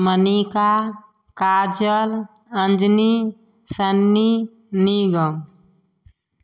Manika Kajal Anjani Sunny Nigam